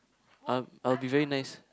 um I will be very nice